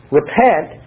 repent